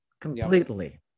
completely